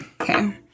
Okay